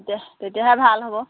তেতিয়াহে ভাল হ'ব